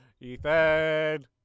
Ethan